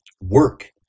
Work